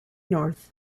north